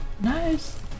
Nice